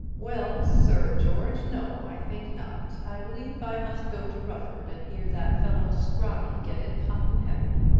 well, sir george, no i think not. i b'lieve i must go to rufford and hear that fellow scrobby get it hot and heavy.